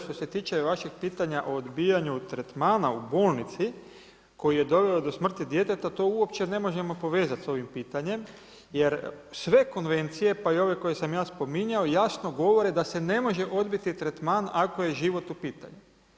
Što se tiče vašeg pitanja o odbijanju tretmana u bolnici koji je doveo do smrti djeteta to uopće ne možemo povezati sa ovim pitanjem, jer sve konvencije, pa i ove koje sam ja spominjao jasno govore da se ne može odbiti tretman ako je život u pitanju.